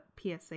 PSA